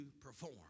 perform